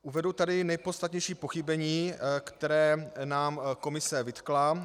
Uvedu tady nejpodstatnější pochybení, která nám Komise vytkla.